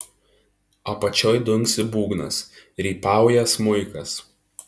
apačioj dunksi būgnas rypauja smuikas